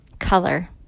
Color